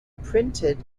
printed